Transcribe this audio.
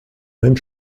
même